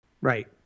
Right